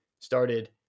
started